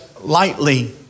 Lightly